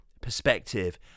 perspective